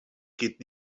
geht